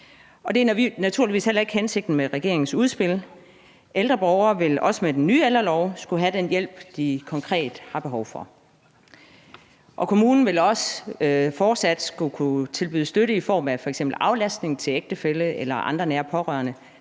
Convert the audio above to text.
det er naturligvis heller ikke hensigten med regeringens udspil. Ældre borgere vil også med den nye ældrelov skulle have den hjælp, de konkret har behov for. Kommunen vil også fortsat skulle kunne tilbyde støtte i form af f.eks. aflastning til en ægtefælle eller andre nære pårørende,